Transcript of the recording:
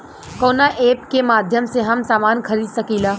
कवना ऐपके माध्यम से हम समान खरीद सकीला?